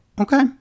okay